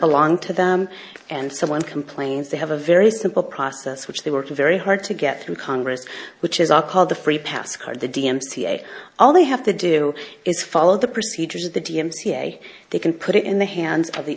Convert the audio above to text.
belong to them and someone complains they have a very simple process which they work very hard to get through congress which is all called the free pass card the d m c a all they have to do is follow the procedures of the d m c a they can put it in the hands of the